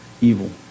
evil